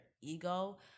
ego